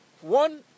One